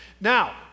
Now